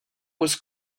was